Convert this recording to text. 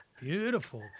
Beautiful